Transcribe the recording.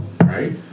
right